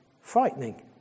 frightening